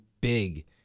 big